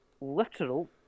literal